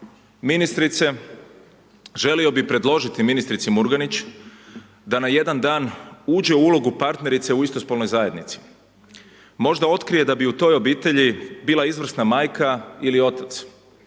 ministrice, želio bih predložiti ministrici Murganić da na jedan dan uđe u ulogu partnerice u isto spolnoj zajednici, možda otkrije da bi u tom obitelji bila izvrsna majka ili otac,